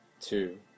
two